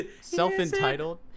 Self-entitled